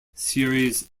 series